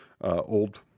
old